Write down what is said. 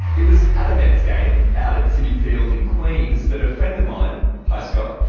it was at a mets game out at citi field in queens that a friend of mine hi scott!